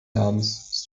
namens